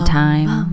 time